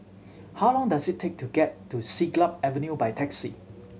how long does it take to get to Siglap Avenue by taxi